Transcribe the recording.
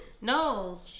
No